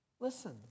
Listen